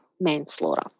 Manslaughter